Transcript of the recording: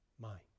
mind